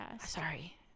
Sorry